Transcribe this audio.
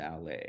LA